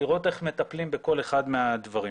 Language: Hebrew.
לראות איך מטפלים בכל אחד מהדברים.